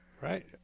Right